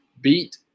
beat